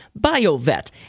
BioVet